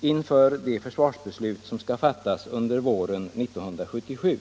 inför det försvarsbeslut som skall fattas under våren 1977.